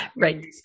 right